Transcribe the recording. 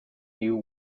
new